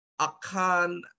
Akan